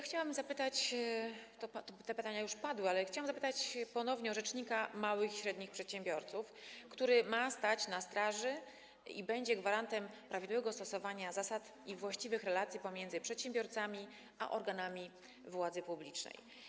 Chciałam zapytać - te pytania już padły, ale chciałam zapytać ponownie - o rzecznika małych i średnich przedsiębiorców, który ma stać na straży i będzie gwarantem prawidłowego stosowania zasad i właściwych relacji pomiędzy przedsiębiorcami a organami władzy publicznej.